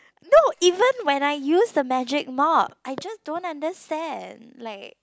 no even when I use the magic mop I just don't understand like